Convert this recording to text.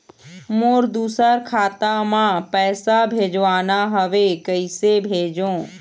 मोर दुसर खाता मा पैसा भेजवाना हवे, कइसे भेजों?